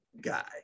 guy